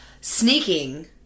sneaking